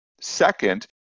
Second